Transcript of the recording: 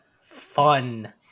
fun